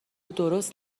درست